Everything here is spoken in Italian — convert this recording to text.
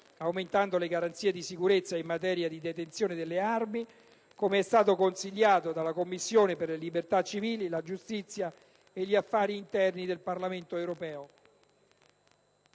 aumento delle garanzie di sicurezza in materia di detenzione delle armi, come consigliato dalla stessa Commissione per le libertà civili, la giustizia e gli affari interni del Parlamento europeo.